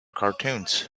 cartoons